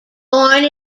born